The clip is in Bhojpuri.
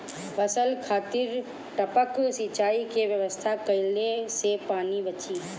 फसल खातिर टपक सिंचाई के व्यवस्था कइले से पानी बंची